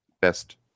best